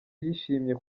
yishimye